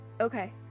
Okay